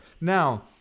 Now